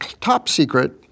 top-secret